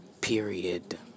Period